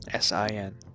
sin